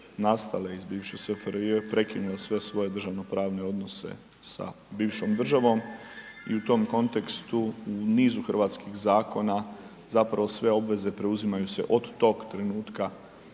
nastala iz bivše SFRJ i prekinula sve svoje državnopravne odnose sa bivšom državom i u tom kontekstu nizu hrvatskih zakona zapravo sve obveze preuzimaju se od tog trenutku